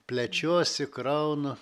plečiuosi kraunu